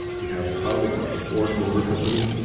we have the founding of the ford motor company.